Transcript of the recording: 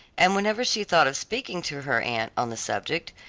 and whenever she thought of speaking to her aunt on the subject,